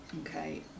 okay